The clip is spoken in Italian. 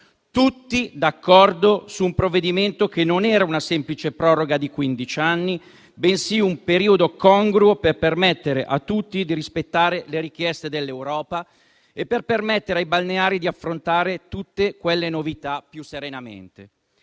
tutti d'accordo su un provvedimento che era non una semplice proroga di quindici anni, bensì un periodo congruo per permettere a tutti di rispettare le richieste dell'Europa e per permettere ai balneari di affrontare tutte quelle novità più serenamente.